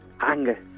anger